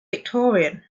victorian